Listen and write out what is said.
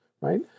right